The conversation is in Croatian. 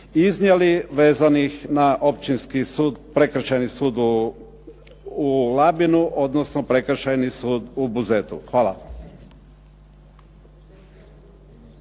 iznijeli, vezanih na općinski sud, Prekršajni sud u Labinu, odnosno Prekršajni sud u Buzetu. Hvala.